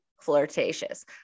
flirtatious